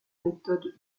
méthode